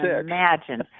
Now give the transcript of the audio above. Imagine